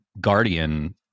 Guardian